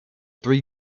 three